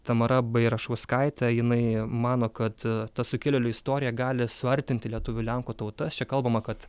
tamara bairašauskaitė jinai mano kad ta sukilėlių istorija gali suartinti lietuvių lenkų tautas čia kalbama kad